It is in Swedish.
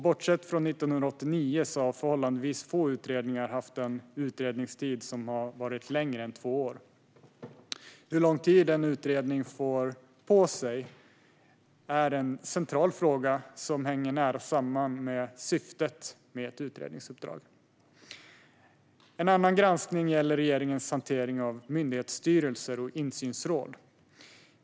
Bortsett från 1989 har förhållandevis få utredningar haft en utredningstid som har varit längre än två år. Hur lång tid en utredning får på sig är en central fråga som hänger nära samman med syftet med ett utredningsuppdrag. En annan granskning gäller regeringens hantering av myndighetsstyrelser och insynsråd.